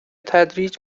تدریج